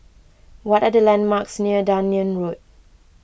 what are the landmarks near Dunearn Road